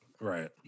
Right